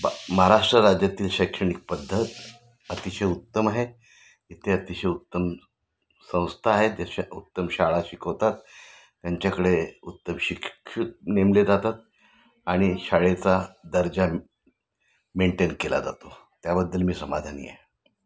बा महाराष्ट्र राज्यातील शैक्षणिक पद्धत अतिशय उत्तम आहे इथे अतिशय उत्तम संस्था आहे ज शा उत्तम शाळा शिकवतात त्यांच्याकडे उत्तम शिक्षक नेमले जातात आणि शाळेचा दर्जा मेंटेन केला जातो त्याबद्दल मी समाधानी आहे